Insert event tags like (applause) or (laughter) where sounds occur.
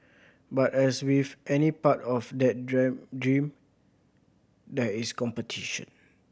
but as with any part of that (unintelligible) dream there is competition